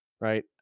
right